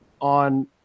on